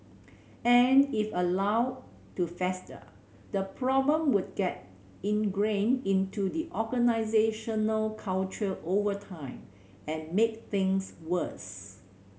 and if allowed to fester the problem would get ingrained into the organisational culture over time and make things worse